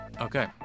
Okay